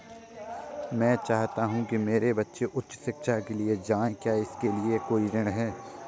मैं चाहता हूँ कि मेरे बच्चे उच्च शिक्षा के लिए जाएं क्या इसके लिए कोई ऋण है?